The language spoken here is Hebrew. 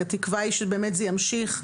התקווה היא שבאמת זה ימשיך.